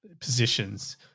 positions